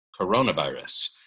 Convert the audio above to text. coronavirus